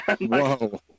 Whoa